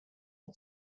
not